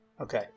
Okay